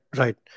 right